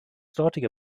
dortige